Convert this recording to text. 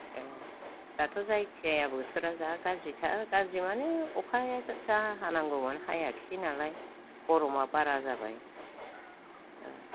ए दाथ' जायखि जाया बोथोरा जा गाज्रिथार गाज्रि माने अखाया जा हानांगौमोन हायाखै नालाय गरमा बारा जाबाय औ